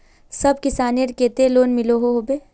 सब किसानेर केते लोन मिलोहो होबे?